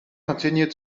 continued